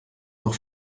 noch